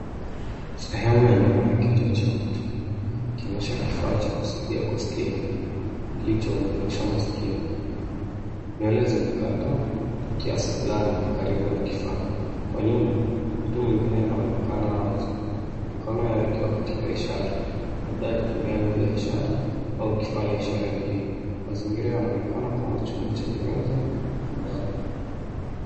Sehemu ya nyuma ya kichwa cha mtu. Ikionyesha kifaa cha kusaidia kusikia, kilichounganishwa na sikio. Nywele zimekatwa, kwa kiasi fulani, karibu na kifaa. Kwa nyuma, mtu mwingine anaonekana wazi. Mikono yakiwa katika ishara. Labda akitumia lugha ya ishara, au akifanya ishara ingine. Mazingira yanaonekana kama chumba chenye meza, ya mbao.